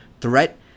threat